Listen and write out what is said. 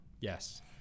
Yes